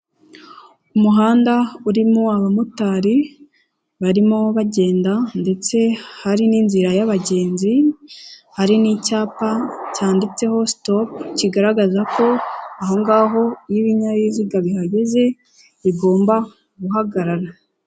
Umuhanda urimo abamotari, barimo bagenda ndetse hari n'inzira y'abagenzi, hari n'icyapa cyanditseho sitopu, kigaragaza ko aho ngaho iyo ibinyabiziga bihahaga bigomba guhagarara.